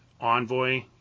envoy